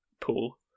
pool